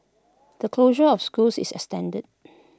the closure of schools is extended